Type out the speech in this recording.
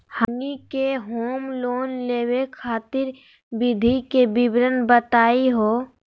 हमनी के home loan लेवे खातीर विधि के विवरण बताही हो?